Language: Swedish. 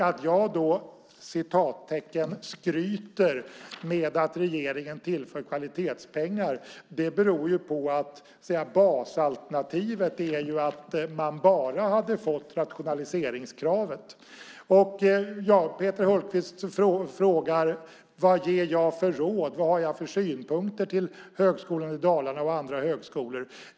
Att jag "skryter" med att regeringen tillför kvalitetspengar beror på att basalternativet är att man bara hade fått rationaliseringskravet. Peter Hultqvist frågar vad jag ger för råd och vad jag har för synpunkter att lämna till Högskolan Dalarna och andra högskolor.